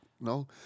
no